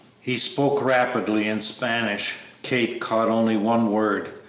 he spoke rapidly in spanish. kate caught only one word,